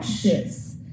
Yes